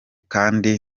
kandi